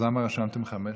למה רשמתם חמש?